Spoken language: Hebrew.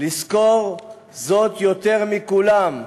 לזכור זאת יותר מכולם,